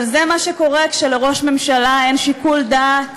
אבל זה מה שקורה כשלראש ממשלה אין שיקול דעת